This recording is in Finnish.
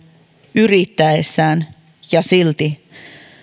yrittäessään ja